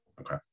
Okay